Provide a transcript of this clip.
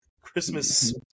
Christmas